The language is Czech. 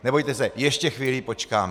Nebojte se, ještě chvíli počkám.